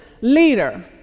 leader